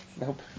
Nope